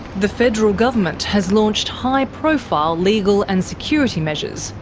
the federal government has launched high-profile legal and security measures,